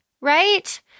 right